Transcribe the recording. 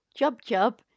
jub-jub